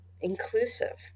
inclusive